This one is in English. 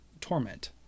torment